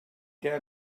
què